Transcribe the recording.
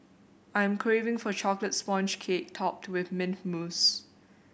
I am craving for a chocolate sponge cake topped with mint mousse